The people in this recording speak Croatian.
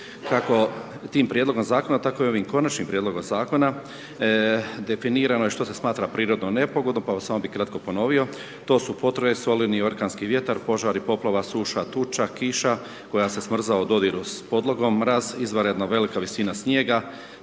Kako tim prijedlogom zakona, tako i ovim konačnim prijedlogom zakona, definirano je što se smatra prirodnom nepogodom, pa onda samo bi kratko ponovio. To su potres, olujni i orkanski vjetar, požari, poplava, suša, tuča, kiša koja se smrzava u dodiru s podlogom, mraz, izvanredno velika visina snijega,